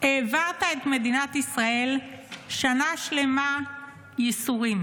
העברת את מדינת ישראל שנה שלמה של ייסורים.